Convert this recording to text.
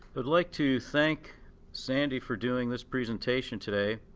i'd like to thank sandy for doing this presentation today,